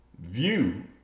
view